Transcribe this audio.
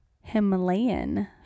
Himalayan